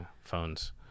phones